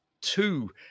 two